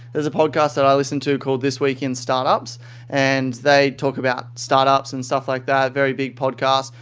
there's a podcast that i listen to called this week in startups and they talk about startups and stuff like that, very big podcast.